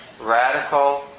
radical